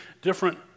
different